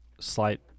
slight